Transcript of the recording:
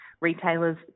Retailers